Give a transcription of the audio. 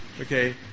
Okay